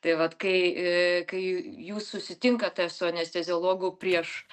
tai vat kai e jūs susitinkate su anesteziologu prieš